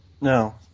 No